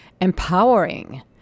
empowering